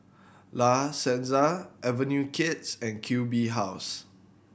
La Senza Avenue Kids and Q B House